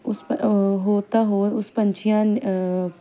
ਉਸ ਹੋਰ ਤਾਂ ਹੋਰ ਉਸ ਪੰਛੀਆਂ